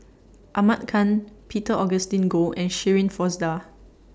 Ahmad Khan Peter Augustine Goh and Shirin Fozdar